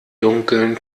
dunkeln